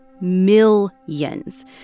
Millions